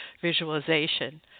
visualization